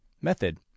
Method